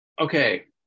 Okay